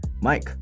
Mike